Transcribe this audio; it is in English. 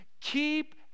keep